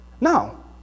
no